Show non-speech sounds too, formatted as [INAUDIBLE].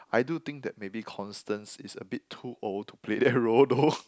I do think that maybe Constance is a bit too old to play that role though [LAUGHS]